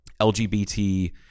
LGBT